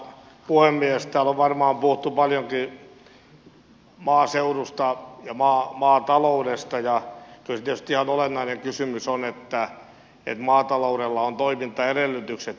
täällä on varmaan puhuttu paljonkin maaseudusta ja maataloudesta ja kyllä se tietysti ihan olennainen kysymys on että maataloudella on toimintaedellytykset